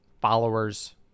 followers